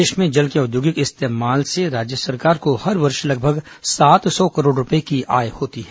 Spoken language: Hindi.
प्रदेश में जल के औद्योगिक इस्तेमला से राज्य सरकार को हर वर्ष लगभग सात सौ करोड़ रूपए की आय होती है